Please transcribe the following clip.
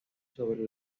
sobre